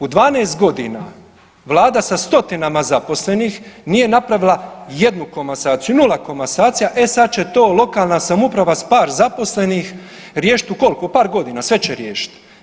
U 12 godina vlada sa stotinama zaposlenih nije napravila jednu komasaciju, nula komasacija, e sad će to lokalna samouprava s par zaposlenih riješiti u koliko, u par godina, sve će riješiti.